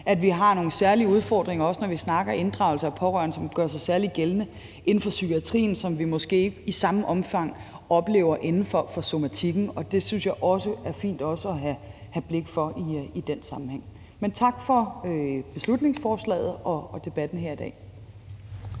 at vi har nogle særlige udfordringer, også når vi snakker inddragelse af pårørende, som gør sig særlig gældende inden for psykiatrien, som vi måske ikke i samme omfang oplever inden for somatikken, og det synes jeg også er fint at have blik for i den sammenhæng. Men tak for beslutningsforslaget og debatten her i dag.